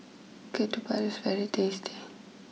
Ketupat is very tasty